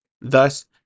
Thus